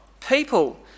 People